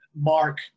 Mark